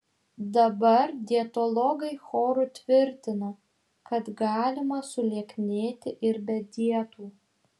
dabar dietologai choru tvirtina kad galima sulieknėti ir be dietų